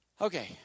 Okay